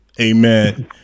Amen